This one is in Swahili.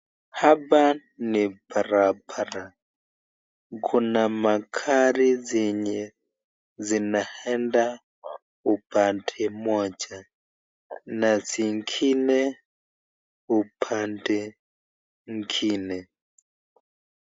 Hapa ni barabara kuna magari zenye zinaenda upande moja na zingine upande ingine.